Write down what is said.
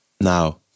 Now